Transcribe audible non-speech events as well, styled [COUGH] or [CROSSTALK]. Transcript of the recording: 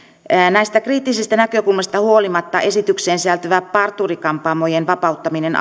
näistä kriittisistä näkökulmista huolimatta esitykseen sisältyvä parturi kampaamojen vapauttaminen [UNINTELLIGIBLE]